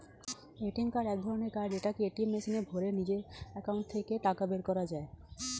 ATM card এক ধরণের card যেটাকে এটিএম মেশিনে ভরে নিজের একাউন্ট থেকে টাকা বের করা যায়